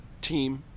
team